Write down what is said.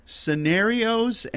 scenarios